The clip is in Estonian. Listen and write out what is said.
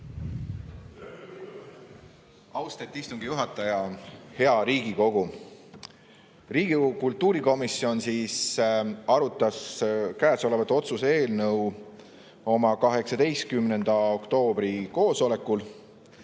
Austet istungi juhataja! Hea Riigikogu! Riigikogu kultuurikomisjon arutas käesolevat otsuse eelnõu oma 18. oktoobri koosolekul.